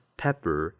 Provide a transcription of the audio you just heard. pepper